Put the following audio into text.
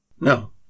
No